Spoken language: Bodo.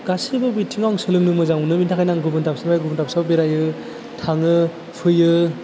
गासैबो बिथिङाव आं सोलोंनो मोजां मोनो बिनि थाखायनो आं गुबुन दाबसेनिफ्राय गुबुन दाबसेयाव बेरायो थाङो फैयो